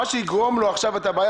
מה שיגרום לו עכשיו את הבעיה,